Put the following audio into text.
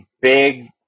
Big